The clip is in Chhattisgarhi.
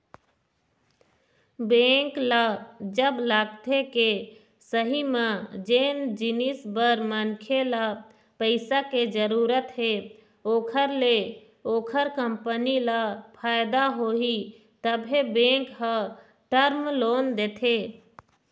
बेंक ल जब लगथे के सही म जेन जिनिस बर मनखे ल पइसा के जरुरत हे ओखर ले ओखर कंपनी ल फायदा होही तभे बेंक ह टर्म लोन देथे